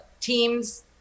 teams